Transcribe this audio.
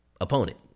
Opponent